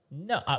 No